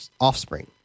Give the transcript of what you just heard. offspring